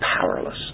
powerless